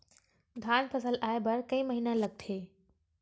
धान फसल आय बर कय महिना लगथे?